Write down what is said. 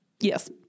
Yes